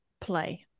play